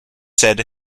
said